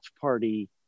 party